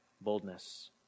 boldness